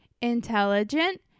intelligent